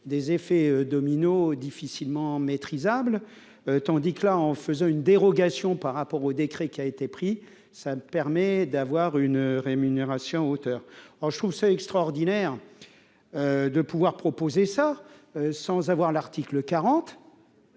des effets dominos difficilement maîtrisable, tandis que là, en faisant une dérogation par rapport au décret qui a été pris, ça permet d'avoir une rémunération auteur en, je trouve ça extraordinaire de pouvoir proposer ça sans avoir l'article 40,